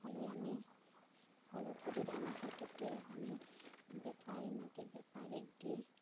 হ'লে আমি অলপ যদি ডাঙৰ হয় তেতিয়াই আমি বেপাৰী মাতি বেপাৰীক দি